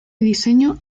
diseño